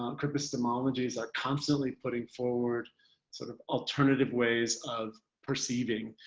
um cripistemologies are constantly putting forward sort of alternative ways of perceiving,